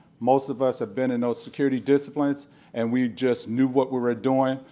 most of us have been in those security disciplines and we just knew what we were doing,